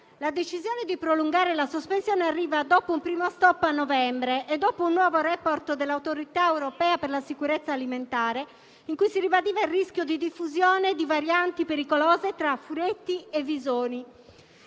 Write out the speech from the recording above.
La decisione di prolungare la sospensione arriva dopo un primo stop a novembre e dopo un nuovo *report* dell'Autorità europea per la sicurezza alimentare in cui si ribadiva il rischio di diffusione di varianti pericolose tra furetti e visoni.